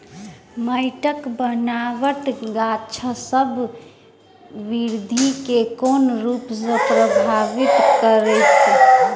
माइटक बनाबट गाछसबक बिरधि केँ कोन रूप सँ परभाबित करइत अछि?